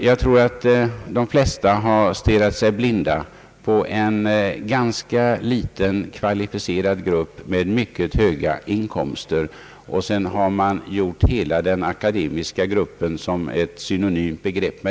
Jag tror att de flesta har stirrat sig blinda på en ganska liten, kvalificerad grupp med mycket höga inkomster och att man sedan har gjort hela den akademiska gruppen till ett därmed synonymt begrepp.